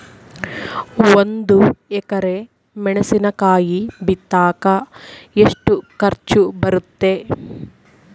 ಒಂದು ಎಕರೆ ಮೆಣಸಿನಕಾಯಿ ಬಿತ್ತಾಕ ಎಷ್ಟು ಖರ್ಚು ಬರುತ್ತೆ?